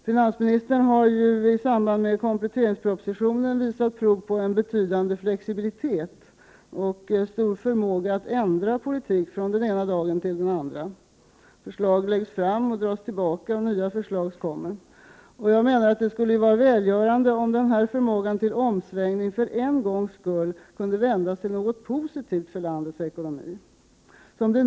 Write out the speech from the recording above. Finansministern har i samband med framläggandet av kompletteringspropositionen visat prov på en betydande flexibilitet och stor förmåga att ändra politiken från den ena dagen till den andra. Förslag läggs fram och dras tillbaka, och nya förslag kommer. Jag menar att det skulle vara välgörande om denna förmåga till omsvängning för en gångs skull kunde vändas till något positivt för landets ekonomi.